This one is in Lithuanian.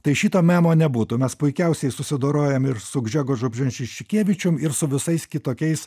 tai šito memo nebūtų mes puikiausiai susidorojam ir su gžegožu bženšiškevičium ir su visais kitokiais